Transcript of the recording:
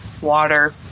water